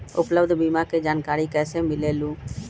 उपलब्ध बीमा के जानकारी कैसे मिलेलु?